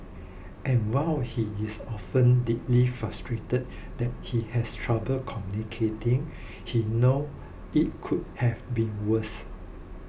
and while he is often deeply frustrated that he has trouble communicating he knows it could have been worse